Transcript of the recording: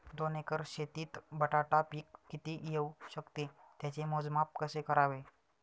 दोन एकर शेतीत बटाटा पीक किती येवू शकते? त्याचे मोजमाप कसे करावे?